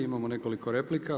Imamo nekoliko replika.